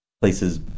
Places